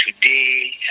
Today